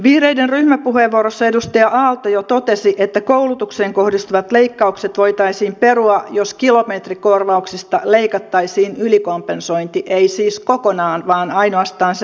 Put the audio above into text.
vihreiden ryhmäpuheenvuorossa edustaja aalto jo totesi että koulutukseen kohdistuvat leikkaukset voitaisiin perua jos kilometrikorvauksesta leikattaisiin ylikompensointi ei siis kokonaan vaan ainoastaan se ylikompensointi